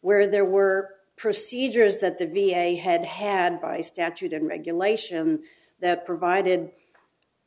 where there were procedures that the v a had had by statute and regulation that provided